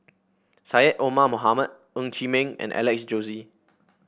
Syed Omar Mohamed Ng Chee Meng and Alex Josey